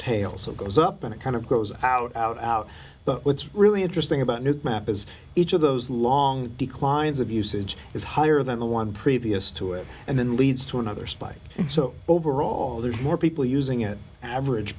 tail so it goes up on a kind of grows out out out but what's really interesting about new map is each of those long declines of usage is higher than the one previous to it and then leads to another spike so overall there are more people using it average